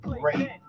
great